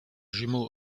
jumeau